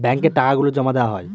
ব্যাঙ্কে টাকা গুলো জমা দেওয়া হয়